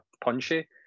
punchy